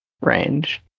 range